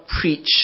preach